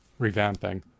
revamping